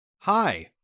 Hi